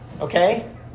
Okay